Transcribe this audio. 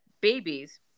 babies